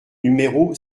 numéro